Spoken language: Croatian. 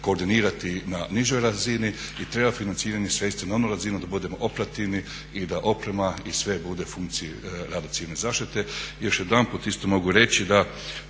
koordinirati na nižoj razini i treba financiranje svesti na onu razinu da budemo operativni i da oprema i sve bude u funkciji radu civilne zaštite.